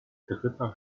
dritter